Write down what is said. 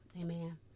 amen